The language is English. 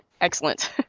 Excellent